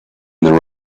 their